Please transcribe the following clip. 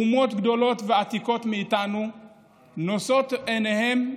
אומות גדולות ועתיקות מאיתנו נושאות עיניהן,